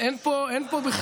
אין, אין, לא, הטון היהיר שלך.